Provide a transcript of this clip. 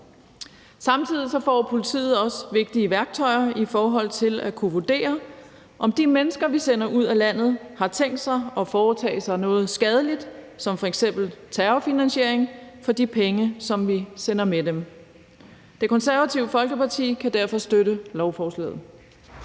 Samtidig får politiet også vigtige værktøjer i forhold til at kunne vurdere, om de mennesker, vi sender ud af landet, har tænkt sig at foretage sig noget skadeligt som f.eks. terrorfinansiering for de penge, som vi sender med dem. Det Konservative Folkeparti kan derfor støtte lovforslaget.